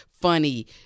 funny